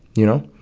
you know?